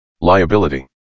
Liability